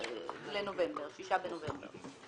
בנובמבר.